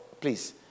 please